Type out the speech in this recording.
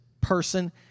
person